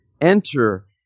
Enter